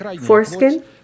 foreskin